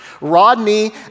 Rodney